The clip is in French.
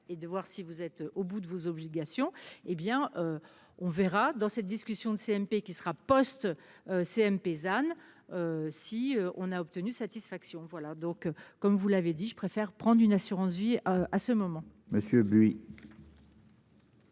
et de voir si vous êtes au bout de vos obligations hé bien. On verra dans cette discussion de CMP qui sera. CMP than. Si on a obtenu satisfaction. Voilà donc comme vous l'avez dit, je préfère prendre une assurance vie. À ce moment.